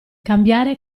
cambiare